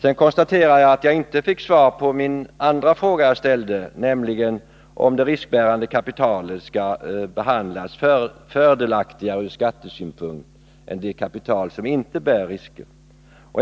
Jag konstaterar sedan att jag inte fick svar på min andra fråga, nämligen om det riskbärande kapitalet skall behandlas fördelaktigare ur skattesynpunkt än det kapital som inte bär risker.